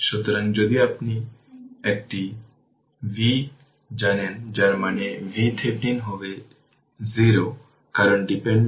সুতরাং যদি এটি দেখুন যে এটি v v x vL 0